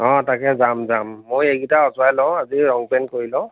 অঁ তাকে যাম যাম মই এইকিটা অজৰাই লওঁ আজি ৰং পেইণ্ট কৰি লওঁ